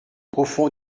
profonde